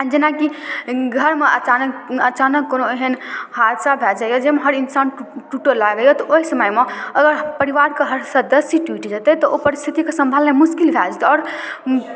जेनाकि घरमे अचानक अचानक कोनो एहन हादसा भऽ जाइए जाहिमे हर इन्सान टुटै लागैए तऽ ओहि समयमे अगर परिवारके हर सदस्य टुटि जेतै तऽ ओहि परिस्थितिके सम्हारनाइ मुश्किल भऽ जेतै आओर